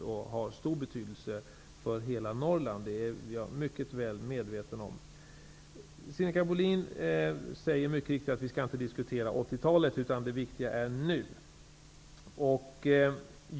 Den har stor betydelse för hela Norrland, och det är jag mycket väl medveten om. Sinikka Bohlin sade mycket riktigt att vi inte skall diskutera 80-talet, utan att det viktiga är nuet.